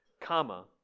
comma